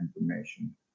information